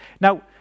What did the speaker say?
Now